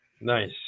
Nice